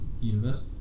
universe